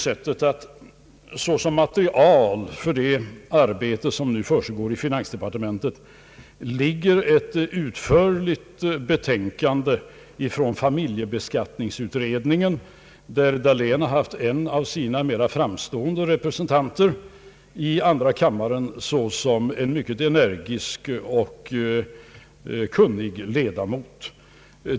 Som material för det arbete som försiggår i finansdepartementet ligger ett utförligt betänkande från familjebeskattningsutredningen, i vilken herr Dahlén har haft en av sina mer framstående representanter från andra kammaren såsom en mycket energisk och kunnig ledamot.